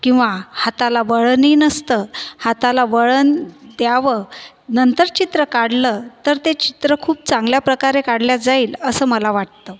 किंवा हाताला वळणही नसतं हाताला वळण द्यावं नंतर चित्र काढलं तर ते चित्र खूप चांगल्या प्रकारे काढलं जाईल असंं मला वाटतं